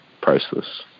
priceless